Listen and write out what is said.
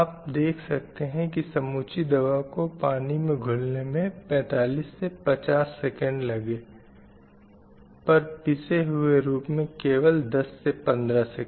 आप देख सकते हैं की समूची दवा को पानी में घुलने में 45 50 सेकंड लगे पर पिसे हुए रूप में केवल 10 से 15 सेकंड